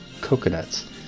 coconuts